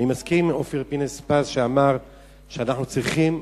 אני מסכים עם אופיר פינס-פז שאמר שאנחנו צריכים,